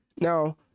now